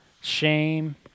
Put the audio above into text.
shame